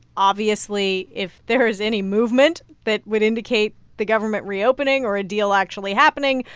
obviously, if there is any movement that would indicate the government reopening or a deal actually happening,